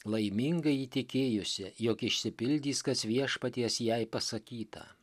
laiminga įtikėjusi jog išsipildys kas viešpaties jai pasakyta